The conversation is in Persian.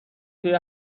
توی